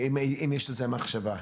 יש לזה מחשבה?